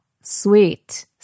Sweet